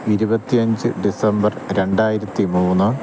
ഇരുപത്തി അഞ്ച് ഡിസംബർ രണ്ടായിരത്തി മൂന്ന്